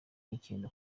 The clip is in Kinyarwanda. nicyenda